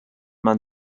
man